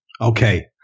Okay